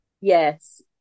Yes